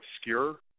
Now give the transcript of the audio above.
obscure